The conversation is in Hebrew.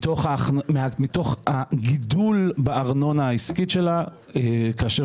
מתוך ה גידול בארנונה העסקית שלה כאשר